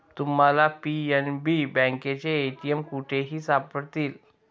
तुम्हाला पी.एन.बी बँकेचे ए.टी.एम कुठेही सापडतील